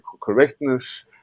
correctness